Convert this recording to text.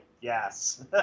yes